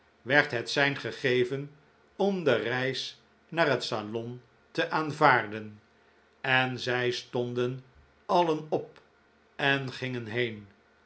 werd het sein gegeven om de reis naar het salon te aanvaarden en zij stonden alien op en gingen heen